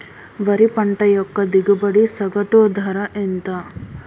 వరి పంట యొక్క దిగుబడి సగటు ధర ఎంత?